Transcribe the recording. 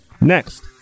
Next